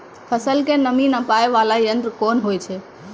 फसल के नमी नापैय वाला यंत्र कोन होय छै